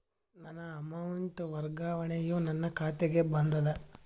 ನನ್ನ ಅಮೌಂಟ್ ವರ್ಗಾವಣೆಯು ನನ್ನ ಖಾತೆಗೆ ಬಂದದ